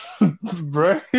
Bro